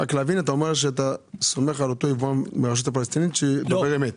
אתה אומר שאתה סומך על אותו יבואן מהרשות הפלסטינית שדובר אמת.